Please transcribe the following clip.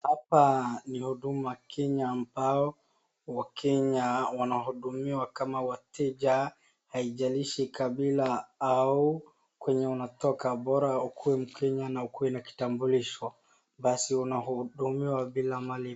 Hapa ni Huduma Kenya ambao wakenya wanahudumiwa kama wateja, haijalishi kabila au kwenye unatoka bora ukue mkenya na ukue na kitambulisho, basi unahudumiwa bila malipo.